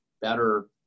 better